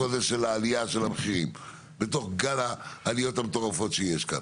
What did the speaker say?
של העלייה של המחירים בתוך גל העליות המטורפות שיש כאן.